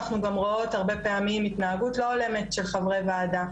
אנחנו גם רואות הרבה פעמים התנהגות לא הולמת של חברי וועדה,